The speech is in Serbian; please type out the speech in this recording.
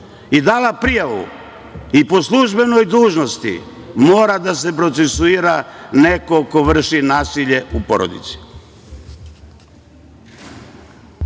i dala prijavu i po službenoj dužnosti mora da se procesuira neko ko vrši nasilje u porodici.